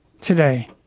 today